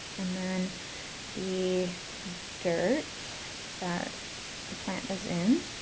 and then the dirt that the plant is in.